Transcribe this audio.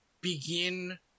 begin